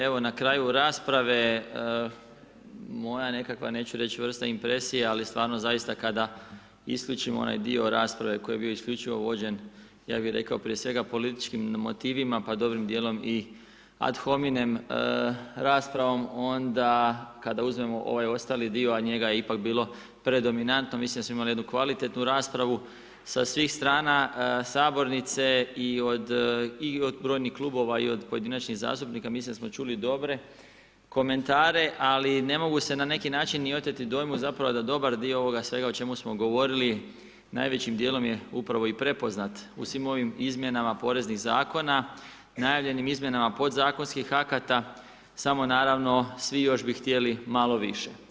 Evo, na kraju rasprave, moja nekakva neću reći vrsta impresije ali stvarno zaista kada isključim onaj dio rasprave koji je bio isključivo vođen, ja bih rekao prije svega političkim motivima pa dobrim dijelom i ad hominem raspravom onda kada uzmemo ovaj ostali dio a njega je ipak bilo predominantno, mislim da smo imali jednu kvalitetnu raspravu sa svih strana sabornice i od brojnih klubova i od pojedinačnih zastupnika, mislim da smo čuli dobre komentare ali ne mogu se na neki način ni oteti dojmu zapravo da dobar dio ovoga svega o čemu smo govorili najvećim dijelom je upravo i prepoznat u svim ovim izmjenama poreznih zakona, najavljenim izmjenama podzakonskih akata, samo naravno svi još bi htjeli malo više.